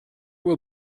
will